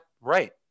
right